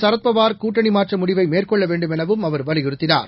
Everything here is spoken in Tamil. சரத்பவார் கூட்டணி மாற்ற முடிவை மேற்கொள்ள வேண்டுமெனவும் அவர் வலியுறுத்தினார்